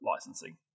licensing